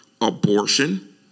abortion